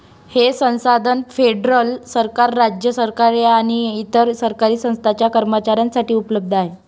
हे संसाधन फेडरल सरकार, राज्य सरकारे आणि इतर सरकारी संस्थांच्या कर्मचाऱ्यांसाठी उपलब्ध आहे